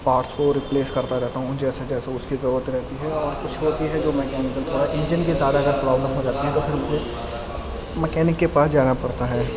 parts کو replace کرتا رہتا ہوں ان جیسے جیسے اس کی ضرورت رہتی ہے اور کچھ ہوتی ہے جو مکینیکل کی ہوتی ہے انجن کی زیادہ اگر پرابلم ہو جاتی ہے تو پھر مجھے مکینک کے پاس جانا پڑتا ہے